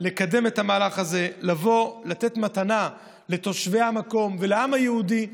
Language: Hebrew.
מחויבים לקדם את המהלך הזה ולתת מתנה לתושבי המקום ולעם היהודי.